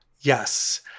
Yes